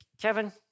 Kevin